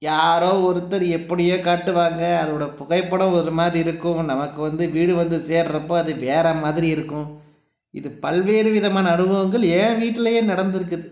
யாரோ ஒருத்தர் எப்படியோ காட்டுவாங்க அதோடய புகைப்படம் ஒரு மாதிரி இருக்கும் நமக்கு வந்து வீடு வந்து சேர்றப்ப அது வேறு மாதிரி இருக்கும் இது பல்வேறு விதமான அனுபவங்கள் என் வீட்டுலேயே நடந்துருக்கு